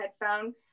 headphone